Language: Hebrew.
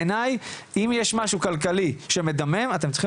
בעיניי אם יש משהו כלכלי שמדמם אתם צריכים